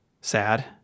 sad